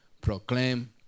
proclaim